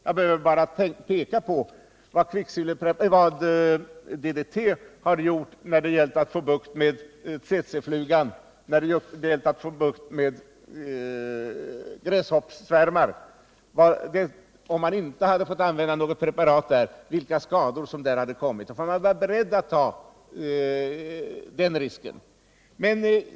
Jag behöver bara peka på vad DDT har gjort när det gällt att få bukt med tsetseflugan och med gräshoppssvärmar och vilka skador som hade uppstått, om man inte hade fått använda det preparatet. Man får alltså vara beredd att ta en risk.